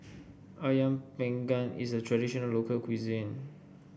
ayam Panggang is a traditional local cuisine